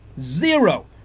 Zero